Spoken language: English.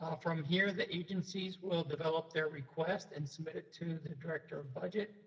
ah from here the agencies will develop their request and submit it to the director of budget.